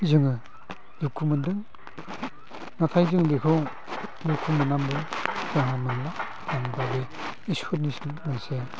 जोङो दुखु मोनदों नाथाय जों बेखौ दुखु मोननाबो राहा गैला मानो होमबा बे इसोरनिसो